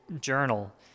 journal